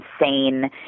insane